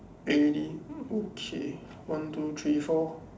okay one two three four